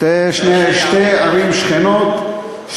שתי ערים שכנות,